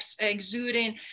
exuding